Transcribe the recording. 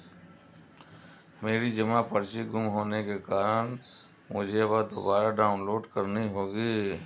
मेरी जमा पर्ची गुम होने के कारण मुझे वह दुबारा डाउनलोड करनी होगी